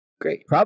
Great